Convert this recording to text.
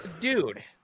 Dude